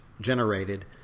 generated